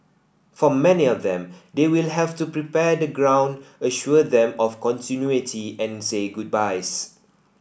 for many of them they will have to prepare the ground assure them of continuity and say goodbyes